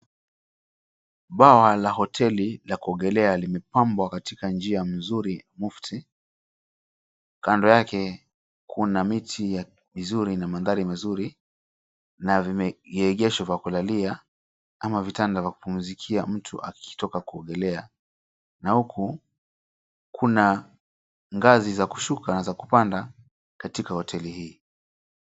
Bwawa la hoteli la kuogelea limepambwa katika njia nzuri mufti. Kando yake kuna miti mizuri na mandhari mazuri na vimeegeshwa vya kulalia, ama vitanda vya kupumzikia mtu akitoka kuogelea, na huku kuna ngazi za kushuka na za kupanda katika hoteli hii.